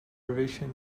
reservation